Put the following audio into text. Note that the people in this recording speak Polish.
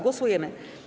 Głosujemy.